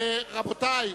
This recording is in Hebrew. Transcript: רבותי,